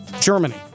Germany